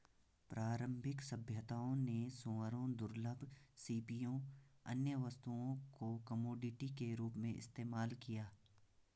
प्रारंभिक सभ्यताओं ने सूअरों, दुर्लभ सीपियों, अन्य वस्तुओं को कमोडिटी के रूप में इस्तेमाल किया